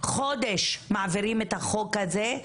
חודש מעבירים את החוק הזה,